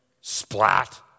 splat